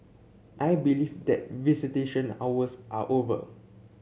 I believe that visitation hours are over